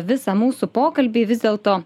visą mūsų pokalbį vis dėl to